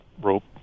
rope